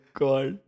god